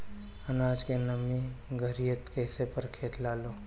आनाज के नमी घरयीत कैसे परखे लालो?